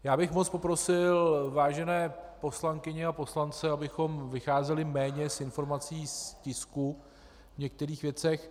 Moc bych poprosil vážené poslankyně a poslance, abychom vycházeli méně z informací z tisku v některých věcech.